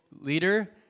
leader